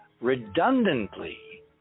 redundantly